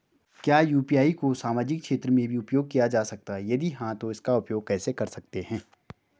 क्या यु.पी.आई को सामाजिक क्षेत्र में भी उपयोग किया जा सकता है यदि हाँ तो इसका उपयोग कैसे कर सकते हैं?